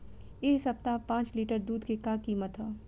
एह सप्ताह पाँच लीटर दुध के का किमत ह?